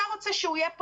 אתה רוצה שהוא יהיה פה?